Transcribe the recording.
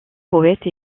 poète